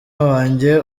wanjye